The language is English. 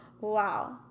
wow